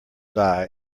die